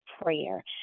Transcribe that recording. prayer